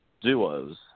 duos